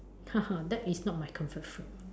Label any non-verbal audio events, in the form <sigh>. <laughs> that is not my comfort food